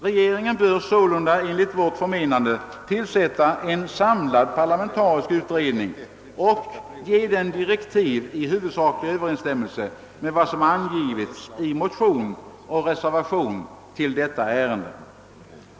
Regeringen bör sålunda, enligt mitt förmenande, tillsätta en samlad parlamentarisk utredning och ge den direktiv i huvudsaklig överensstämmelse med vad som angivits i motion och reservation i detta ärende.